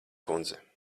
kundze